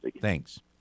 Thanks